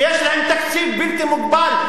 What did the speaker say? שיש להן תקציב בלתי מגבל?